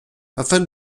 afin